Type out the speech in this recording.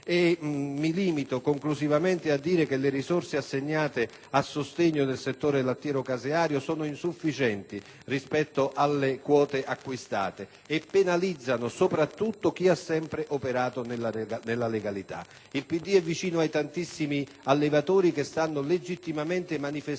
Mi limito in conclusione a dire che le risorse assegnate a sostegno del settore lattiero-caseario sono insufficienti rispetto alle quote acquistate e, soprattutto, penalizzano chi ha sempre operato nella legalità. II PD è vicino ai tantissimi allevatori che stanno legittimamente manifestando